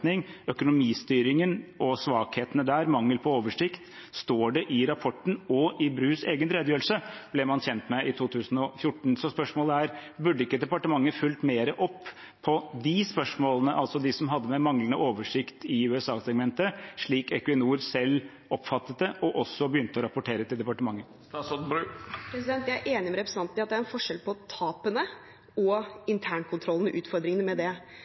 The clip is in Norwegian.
Økonomistyringen og svakhetene der, mangelen på oversikt, ble man kjent med i 2014, står det i rapporten og i Brus egen redegjørelse. Så spørsmålet er: Burde ikke departementet fulgt mer opp på de spørsmålene, altså de som hadde å gjøre med manglende oversikt i USA-segmentet, slik Equinor selv oppfattet det og også begynte å rapportere til departementet? Jeg er enig med representanten i at det er en forskjell på tapene og internkontrollen, utfordringene med det,